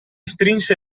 strinse